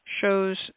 shows